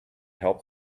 help